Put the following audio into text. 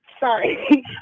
Sorry